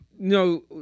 No